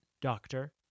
Doctor